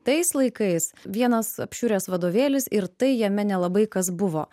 tais laikais vienas apšiuręs vadovėlis ir tai jame nelabai kas buvo